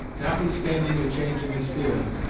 notwithstanding the change in his feelings,